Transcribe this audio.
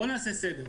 בואו נעשה סדר.